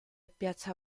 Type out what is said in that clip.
piazza